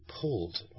pulled